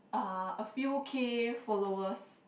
uh a few K followers